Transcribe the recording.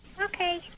Okay